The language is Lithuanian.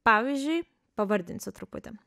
pavyzdžiui pavardinsiu truputį